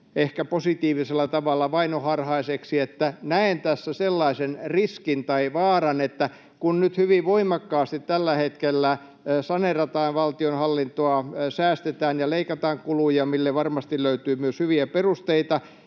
ehkä positiivisella tavalla vainoharhaiseksi, että näen tässä sellaisen riskin tai vaaran, että kun nyt hyvin voimakkaasti tällä hetkellä saneerataan valtionhallintoa, säästetään ja leikataan kuluja, mille varmasti löytyy myös hyviä perusteita,